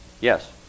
Yes